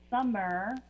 summer